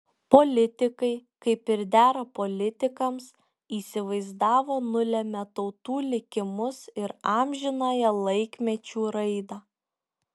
politikai kaip ir dera politikams įsivaizdavo nulemią tautų likimus ir amžinąją laikmečių raidą